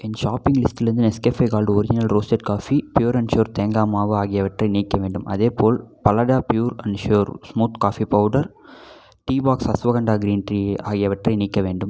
என் shopping லிஸ்டிலிருந்து Nescafe gold original roasted coffee pure and sure தேங்காய் மாவு ஆகியவற்றை நீக்க வேண்டும் அதேபோல் பலடா pure and sure smooth coffee powder tea box ashwagandha green tea ஆகியவற்றையும் நீக்க வேண்டும்